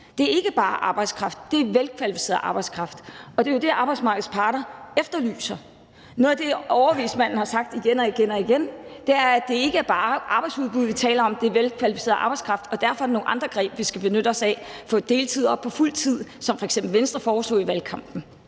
– ikke bare arbejdskraft, men velkvalificeret arbejdskraft. Det er jo det, arbejdsmarkedets parter efterlyser. Noget af det, overvismanden har sagt igen og igen, er, at det ikke bare er arbejdsudbuddet, vi taler om, men velkvalificeret arbejdskraft, og derfor er det nogle andre greb, vi skal benytte os af, som f.eks. at få deltidsansatte op på fuld tid, som Venstre eksempelvis foreslog i valgkampen